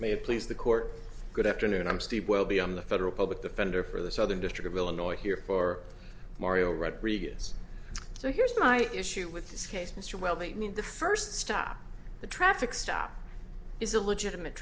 may please the court good afternoon i'm steve will be on the federal public defender for the southern district of illinois here for mario rodriguez so here's my issue with this case mr well they mean the first stop the traffic stop is a legitimate